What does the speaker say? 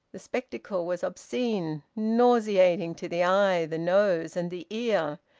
the spectacle was obscene, nauseating to the eye, the nose, and the ear,